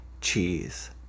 cheese